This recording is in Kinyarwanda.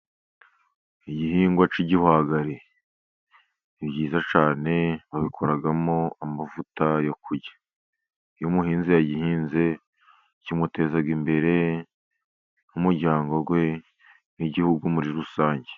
Igihingwa cy’igihwagari ni byiza cyane wabikoramo amavuta yo kurya, iyo umuhinzi yagihinze kimuteza imbere nk’umuryango we n'igihugu muri rusange.